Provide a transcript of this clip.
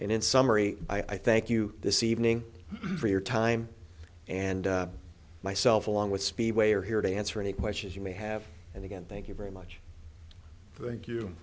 and in summary i thank you this evening for your time and myself along with speedway are here to answer any questions you may have and again thank you very much